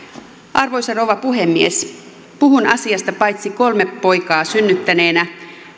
arvoisa rouva puhemies puhun asiasta paitsi kolme poikaa synnyttäneenä